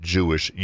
Jewish